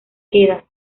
quedas